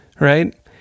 right